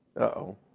Uh-oh